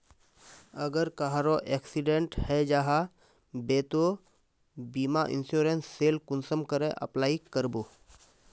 अगर कहारो एक्सीडेंट है जाहा बे तो बीमा इंश्योरेंस सेल कुंसम करे अप्लाई कर बो?